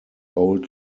old